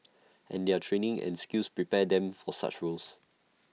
and their training and skills prepare them for such roles